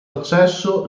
accesso